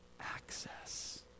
access